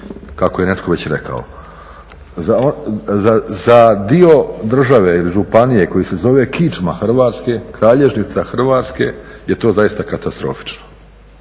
kako je netko već rekao. Za dio države ili županije koji se zove kičma Hrvatske, kralježnica Hrvatske je to zaista katastrofično.